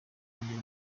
kongera